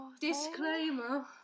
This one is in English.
Disclaimer